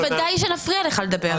בוודאי שנפריע לך לדבר כי רק אתה מדבר.